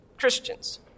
Christians